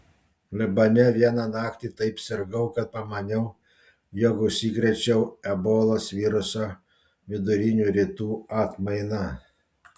libane vieną naktį taip sirgau kad pamaniau jog užsikrėčiau ebolos viruso vidurinių rytų atmaina